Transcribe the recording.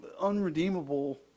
unredeemable